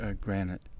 granite